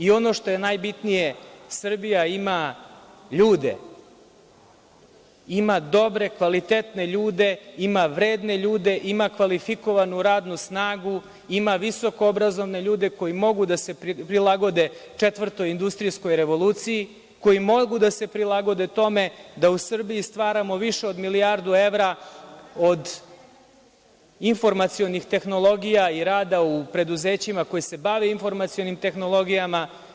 Ono što je najbitnije, Srbija ima ljude, ima dobre kvalitetne ljude, ima vredne ljude, ima kvalifikovanu radnu snagu, ima visoko obrazovane ljude koji mogu da se prilagode četvrtoj industrijskoj revoluciji, koji mogu da se prilagode tome da u Srbiji stvaramo više od milijardu evra od informacionih tehnologija i rada u preduzećima koji se bave informacionim tehnologijama.